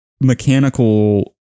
mechanical